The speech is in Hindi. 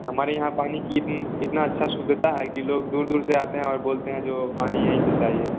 हमारे यहाँ पानी की इतनी इतनी अच्छा शुद्धता है कि लोग दूर दूर से आते हैं और बोलते हैं जो पानी यहीं से चाहिए